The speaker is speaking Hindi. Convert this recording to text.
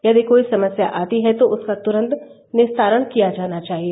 यदि कोई समस्या आती है तो उसका तुरन्त निस्तारण किया जाना चाहिए